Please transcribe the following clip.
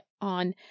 on